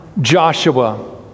Joshua